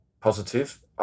positive